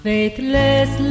Faithless